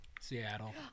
Seattle